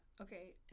Okay